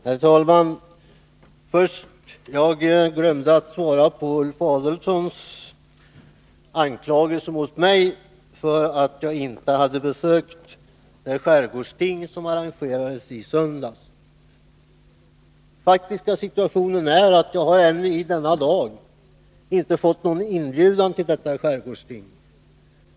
Herr talman! Jag glömde att svara på Ulf Adelsohns anklagelse mot mig för att jag inte hade besökt det skärgårdsting som arrangerades i söndags. Den faktiska situationen är att jag ännu inte i denna dag har fått någon inbjudan till detta skärgårdsting.